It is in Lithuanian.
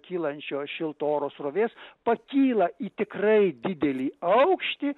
kylančio šilto oro srovės pakyla į tikrai didelį aukštį